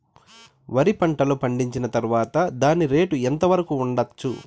వరి పంటలు పండించిన తర్వాత దాని రేటు ఎంత వరకు ఉండచ్చు